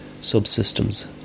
Subsystems